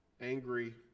angry